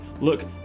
look